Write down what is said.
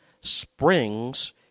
springs